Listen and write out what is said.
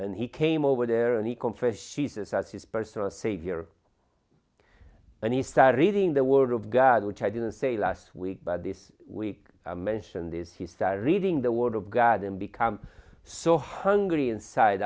and he came over there and he confessed she says as his personal savior and he's sorry reading the word of god which i didn't say last week but this week mention this he sat reading the word of god and become so hungry inside